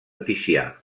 ticià